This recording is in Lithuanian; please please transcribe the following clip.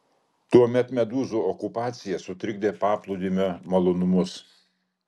tuomet medūzų okupacija sutrikdė paplūdimio malonumus